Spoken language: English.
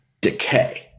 decay